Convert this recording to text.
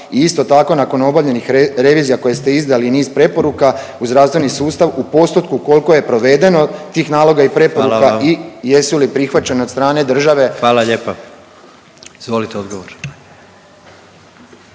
i isto tako nakon obavljenih revizija koje ste izdali i niz preporuka u zdravstveni sustav u postotku koliko je provedeno tih naloga i preporuka … …/Upadica predsjednik: Hvala vam./… … i jesu